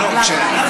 בשביל מה?